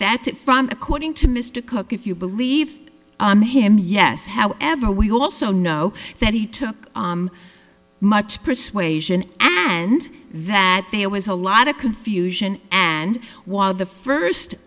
that it from according to mr cooke if you believe him yes however we also know that he took much persuasion and that there was a lot of confusion and while the first